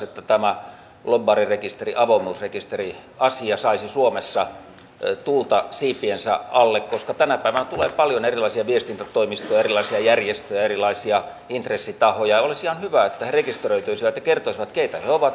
äskeinen puhuja jolle välikommentteja halusin tässä huudahtaa ei enää ole paikalla mutta se on sanottava että edustaja juvonen kuitenkin minusta hyvin äsken puhui siitä minkälaiset turvallisuusuhat tässä yhteiskunnassa ovat niitä olennaisia